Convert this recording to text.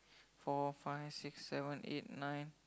four five six seven eight nine